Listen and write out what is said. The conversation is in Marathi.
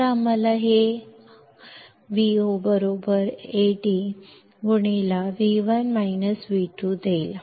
तर हे आम्हाला Vo Ad देईल